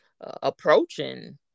approaching